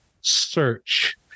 search